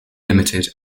limited